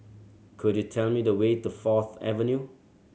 could you tell me the way to Fourth Avenue